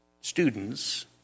students